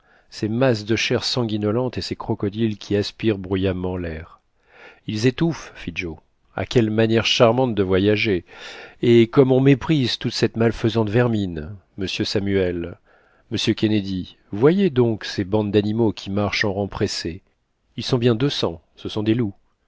ces masses de chair sanguinolente et ces crocodiles qui aspirent bruyamment l'air ils étouffent fit joe ah quelle manière charmante de voyager et comme on méprise toute cette malfaisante vermine monsieur samuel monsieur kennedy voyez donc ces bandes d'animaux qui marchent en rangs pressés ils sont bien deux cents ce sont des loups